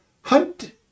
hunt